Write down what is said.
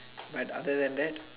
but other than that